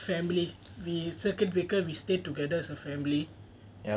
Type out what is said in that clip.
family we circuit breaker we stay together as a family